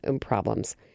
problems